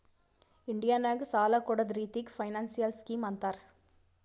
India ನಾಗ್ ಸಾಲ ಕೊಡ್ಡದ್ ರಿತ್ತಿಗ್ ಫೈನಾನ್ಸಿಯಲ್ ಸ್ಕೀಮ್ ಅಂತಾರ್